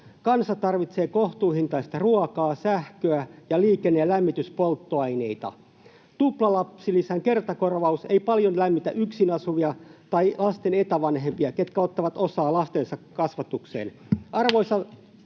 Kansa tarvitsee kohtuuhintaista ruokaa, sähköä ja liikenne‑ ja lämmityspolttoaineita. Tuplalapsilisän kertakorvaus ei paljon lämmitä yksin asuvia tai lasten etävanhempia, jotka ottavat osaa lastensa kasvatukseen.